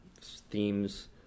themes